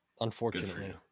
Unfortunately